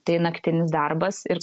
tai naktinis darbas ir